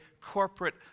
corporate